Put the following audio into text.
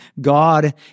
God